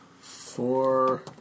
Four